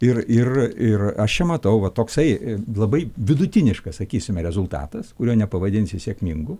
ir ir aš čia matau va toksai labai vidutiniškas sakysime rezultatas kurio nepavadinsi sėkmingu